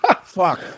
Fuck